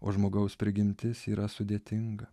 o žmogaus prigimtis yra sudėtinga